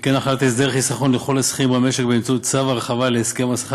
וכן החלת הסדר חיסכון לכל השכירים במשק באמצעות צו הרחבה להסכם השכר